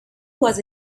was